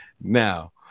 Now